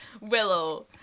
Willow